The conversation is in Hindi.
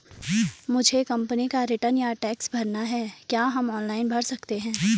मुझे अपनी कंपनी का रिटर्न या टैक्स भरना है क्या हम ऑनलाइन भर सकते हैं?